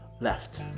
left